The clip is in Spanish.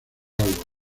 agua